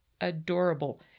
Adorable